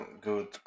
good